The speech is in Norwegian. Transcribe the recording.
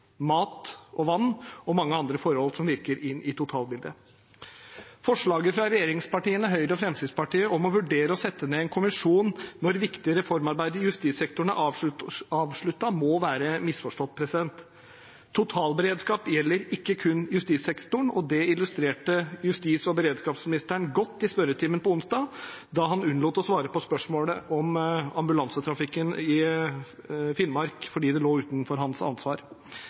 mat og vann og mange andre forhold som virker inn i totalbildet. Forslaget fra regjeringspartiene, Høyre og Fremskrittspartiet, om å vurdere å sette ned en kommisjon når viktig reformarbeid i justissektoren er avsluttet, må være misforstått. Totalberedskap gjelder ikke kun justissektoren, og det illustrerte justis- og beredskapsministeren godt i spørretimen på onsdag, da han unnlot å svare på spørsmål om ambulansetrafikken i Finnmark fordi det lå utenfor hans ansvar.